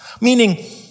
meaning